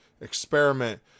experiment